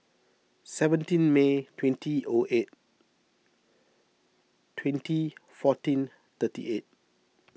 seventeen May twenty O eight twenty fourteen thirty eight